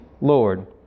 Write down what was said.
Lord